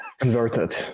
Converted